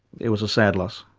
it was a sad loss.